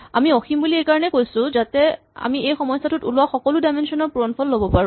আমি অসীম বুলি এইকাৰণেই লৈছো যাতে আমি এই সমস্যাটোত ওলোৱা সকলো ডাইমেনচন ৰ পূৰণফলটো ল'ব পাৰো